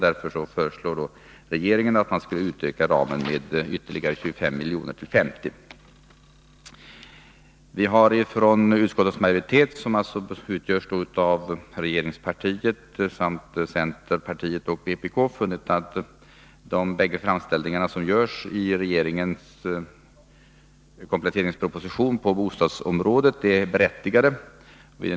Därför föreslår regeringen att ramen skall utökas med ytterligare 25 milj.kr. till 50 milj.kr. Vi har från utskottets majoritet, som utgör: av regeringspartiet, centerpartiet och vpk, funnit att de båda framställningar som i regeringens kompletteringsproposition görs på bostadsområdet är berättigade. Vi har därför ställt oss bakom regeringens förslag i dessa fall.